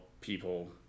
people